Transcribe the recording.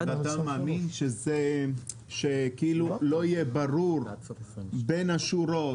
גל אתה מאמין שכאילו לא יהיה ברור בין השורות